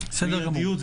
מיידיות,